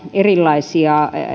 erilaisia